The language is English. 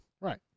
Right